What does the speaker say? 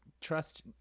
trust